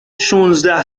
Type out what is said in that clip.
شانزده